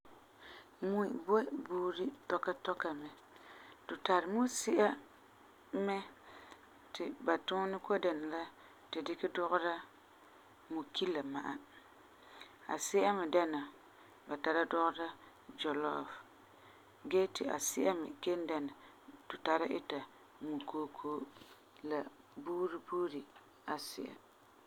Mui boi buuri tɔka tɔka mɛ. Tu tari mui si'a mɛ ti ba tuunɛ kɔ'ɔm dɛna la ti dikɛ dugera mukila ma'a, asi'a me dɛna ba tara dugera zɔlɔɔfi gee ti asi'a me kelum dɛna tu tara ita mui kookoo, la buuri buuri asi'a.